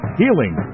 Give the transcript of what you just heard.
healing